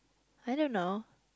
I don't know